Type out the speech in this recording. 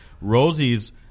Rosie's